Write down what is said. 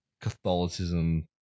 Catholicism